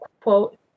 Quote